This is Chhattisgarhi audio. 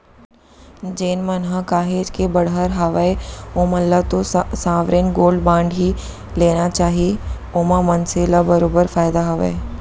जेन मन ह काहेच के बड़हर हावय ओमन ल तो साँवरेन गोल्ड बांड ही लेना चाही ओमा मनसे ल बरोबर फायदा हावय